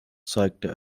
zeigte